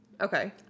Okay